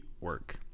work